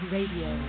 Radio